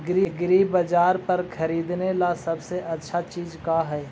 एग्रीबाजार पर खरीदने ला सबसे अच्छा चीज का हई?